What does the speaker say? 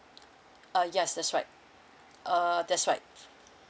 uh yes that's right uh that's right